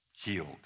healed